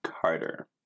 Carter